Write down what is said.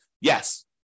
Yes